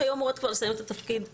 יוכי היו אמורות לסיים את התפקיד קודם.